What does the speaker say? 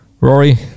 Rory